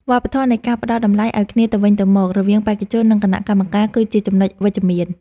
វប្បធម៌នៃការផ្ដល់តម្លៃឱ្យគ្នាទៅវិញទៅមករវាងបេក្ខជន និង គណៈកម្មការគឺជាចំណុចវិជ្ជមាន។